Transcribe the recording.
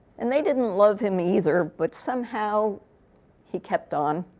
and they didn't love him either. but somehow he kept on.